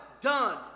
done